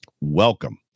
Welcome